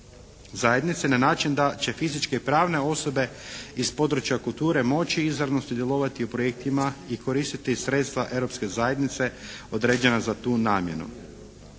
zajednice na način da će fizičke pravne osobe iz područja kulture moći izravno sudjelovati u projektima i koristiti sredstva Europske zajednice određena za tu namjenu.